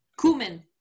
Cumin